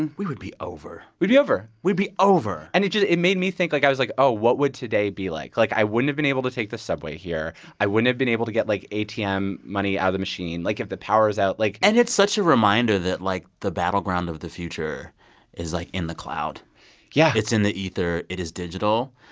and we would be over we'd be over we'd be over and it just it made me think like i was like, oh, what would today be like? like, i wouldn't have been able to take the subway here. i wouldn't have been able to get, like, atm money out of the machine, like, if the power is out. like. and it's such a reminder that, like, the battleground of the future is, like, in the cloud yeah it's in the ether. it is digital.